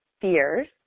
fears